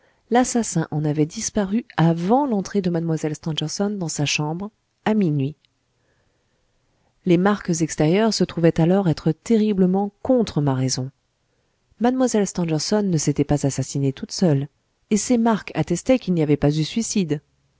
l'assassin en avait disparu avant l'entrée de mlle stangerson dans sa chambre à minuit les marques extérieures se trouvaient alors être terriblement contre ma raison mlle stangerson ne s'était pas assassinée toute seule et ces marques attestaient qu'il n'y avait pas eu suicide